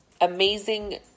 amazing